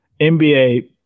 NBA